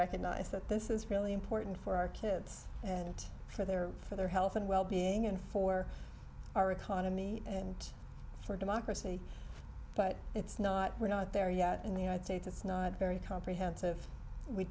recognised that this is really important for our kids and for their for their health and wellbeing and for our economy and for democracy but it's not we're not there yet in the united states it's not very comprehensive we